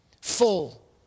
full